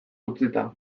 utzita